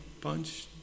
bunch